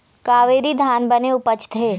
कावेरी धान बने उपजथे?